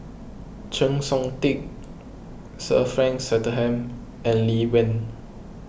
Chng Seok Tin Sir Frank Swettenham and Lee Wen